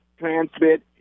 transmit